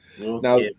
Now